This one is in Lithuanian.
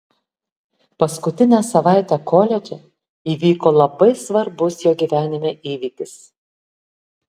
paskutinę savaitę koledže įvyko labai svarbus jo gyvenime įvykis